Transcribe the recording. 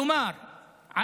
למה?